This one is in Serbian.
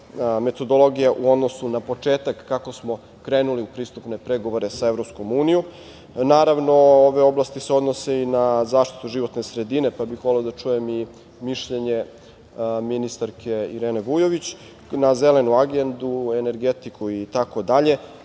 metodologija u odnosu na početak kako smo krenuli u pristupne pregovore sa EU? Naravno, ove oblasti se odnose i na zaštitu životne sredine, pa bih voleo da čujem i mišljenje ministarke Irene Vujović na Zelenu agendu, energetiku itd. Skupština